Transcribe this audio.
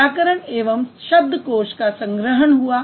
व्याकरण एवं शब्दकोश का संग्रहण हुआ